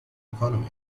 economy